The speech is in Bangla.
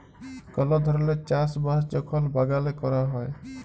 কল ধরলের চাষ বাস যখল বাগালে ক্যরা হ্যয়